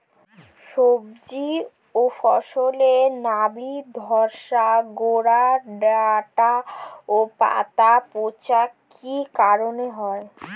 সবজি ও ফসলে নাবি ধসা গোরা ডাঁটা ও পাতা পচা কি কারণে হয়?